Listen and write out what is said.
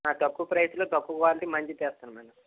తక్కువ ప్రైజ్లో తక్కువ క్వాలిటీ మంచిగా చేస్తాను మేడం